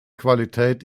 qualität